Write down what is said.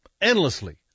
endlessly